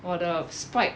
我的 spike